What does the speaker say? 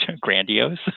grandiose